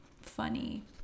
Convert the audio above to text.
funny